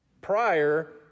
prior